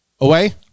away